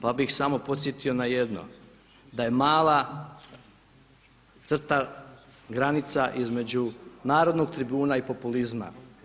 Pa bih samo podsjetio na jedno, da je mala crta, granica između narodnog tribuna i populizma.